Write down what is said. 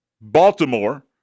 Baltimore